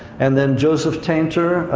and then joseph tainter,